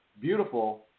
beautiful